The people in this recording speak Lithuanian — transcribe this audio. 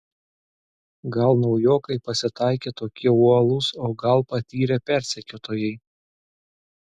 gal naujokai pasitaikė tokie uolūs o gal patyrę persekiotojai